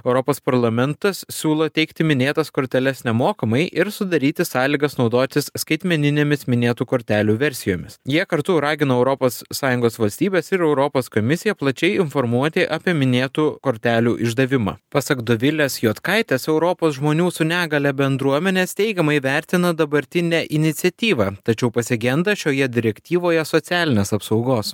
europos parlamentas siūlo teikti minėtas korteles nemokamai ir sudaryti sąlygas naudotis skaitmeninėmis minėtų kortelių versijomis jie kartu ragino europos sąjungos valstybes ir europos komisiją plačiai informuoti apie minėtų kortelių išdavimą pasak dovilės juodkaitės europos žmonių su negalia bendruomenės teigiamai vertina dabartinę iniciatyvą tačiau pasigenda šioje direktyvoje socialinės apsaugos